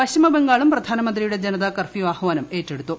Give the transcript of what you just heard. പശ്ചിമബംഗാളും പ്രധാനമന്ത്രിയുടെ ജനതാ കർഫ്യൂ ആഹ്വാനം ഏറ്റെടുത്തു